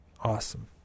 Awesome